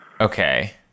Okay